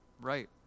Right